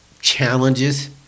challenges